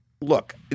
Look